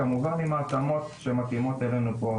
כמובן עם ההתאמות שמתאימות אלינו פה,